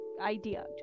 idea